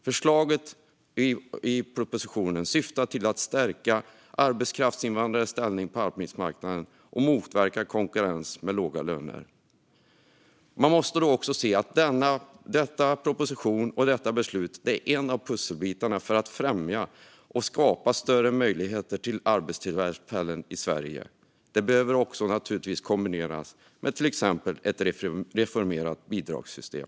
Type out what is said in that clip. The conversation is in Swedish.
Förslaget i propositionen syftar till att stärka arbetskraftsinvandrares ställning på arbetsmarknaden och motverka konkurrens med låga löner. Denna proposition och detta beslut är en av pusselbitarna för att främja och skapa större möjligheter till arbetstillfällen i Sverige, men beslutet behöver också kombineras med till exempel ett reformerat bidragssystem.